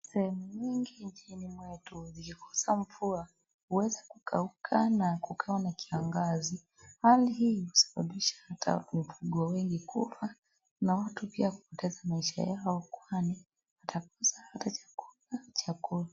Sehemu mingi nchini mwetu ikikosa mvua, huweza kukauka na kukaa na kiangazi hali hii husababisha hata wafugo wengi kufa na watu pia kutesa maisha yao kwani watakosa hata chakula.